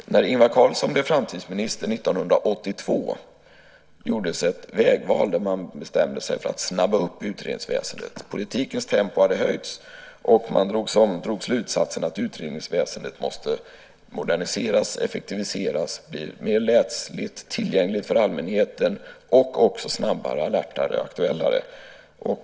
När Ingvar Carlsson blev framtidsminister 1982 gjordes ett vägval, och man bestämde sig för att snabba upp utredningsväsendet. Politikens tempo hade höjts, och man drog slutsatsen att utredningsväsendet måste moderniseras, effektiviseras, bli mer läsligt och tillgängligt för allmänheten och också bli snabbare, alertare och aktuellare.